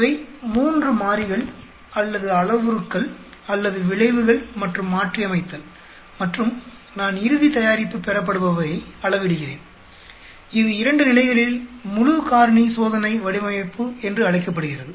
இவை மூன்று மாறிகள் அல்லது அளவுருக்கள் அல்லது விளைவுகள் மற்றும் மாற்றியமைத்தல் மற்றும் நான் இறுதி தயாரிப்பு பெறப்படுபவையை அளவிடுகிறேன் இது 2 நிலைகளில் முழு காரணி சோதனை வடிவமைப்பு என்று அழைக்கப்படுகிறது